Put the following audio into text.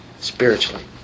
spiritually